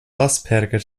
asperger